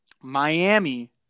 Miami